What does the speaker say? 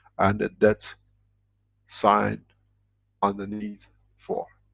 and the debt sign underneath for.